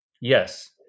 Yes